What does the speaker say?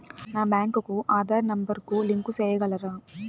మా బ్యాంకు కు ఆధార్ నెంబర్ కు లింకు సేయగలరా?